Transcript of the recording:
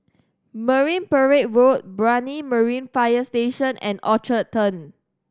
Marine Parade Road Brani Marine Fire Station and Orchard Turn